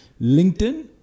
LinkedIn